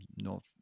North